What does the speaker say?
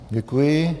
Děkuji.